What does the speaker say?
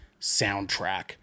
soundtrack